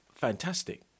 fantastic